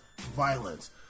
violence